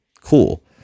Cool